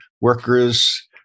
workers